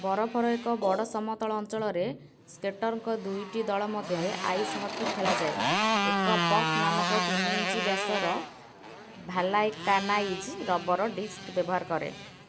ବରଫର ଏକ ବଡ଼ ସମତଳ ଅଞ୍ଚଳରେ ସ୍କେଟରଙ୍କ ଦୁଇଟି ଦଳ ମଧ୍ୟରେ ଆଇସ୍ ହକି ଖେଳାଯାଏ ଏକ ପକ୍ ନାମକ ତିନି ଇଞ୍ଚ ବ୍ୟାସର ଭାଲକାନାଇଜ୍ ରବର ଡିସ୍କ ବ୍ୟବହାର କରେ